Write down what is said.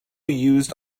used